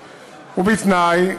ובתנאי,